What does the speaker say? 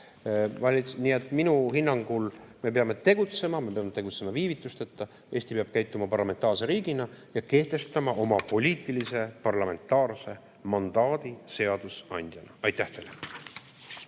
Nii et minu hinnangul me peame tegutsema, me peame tegutsema viivitusteta. Eesti peab käituma parlamentaarse riigina ja kehtestama oma poliitilise parlamentaarse mandaadi seadusandjana. Aitäh teile!